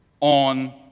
on